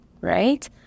right